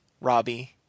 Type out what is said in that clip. Robbie